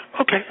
Okay